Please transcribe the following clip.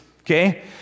okay